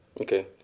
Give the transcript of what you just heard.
Okay